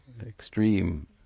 Extreme